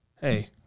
hey